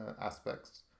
aspects